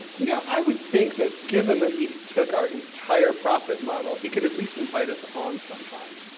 you know, i would think that, given that he took our entire profit model, he could at least invite us on sometimes.